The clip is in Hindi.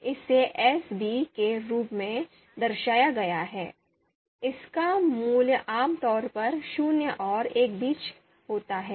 इसे एसab के रूप में दर्शाया गया है इसका मूल्य आम तौर पर शून्य और एक के बीच होता है